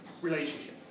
relationship